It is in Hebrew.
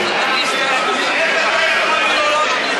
איך אתה יכול להיות נגד?